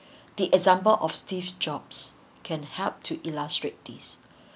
the example of steve jobs can help to illustrate this